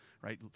right